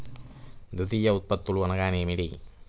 ద్వితీయ ఉత్పత్తులు అనగా నేమి?